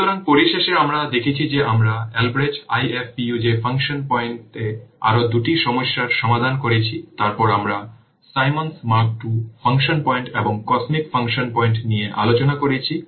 সুতরাং পরিশেষে আমরা দেখেছি যে আমরা Albrecht IFPUG ফাংশন পয়েন্টে আরো দুটি সমস্যার সমাধান করেছি তারপর আমরা Symons Mark II function point এবং cosmic ফাংশন পয়েন্ট নিয়ে আলোচনা করেছি